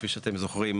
כפי אתם זוכרים,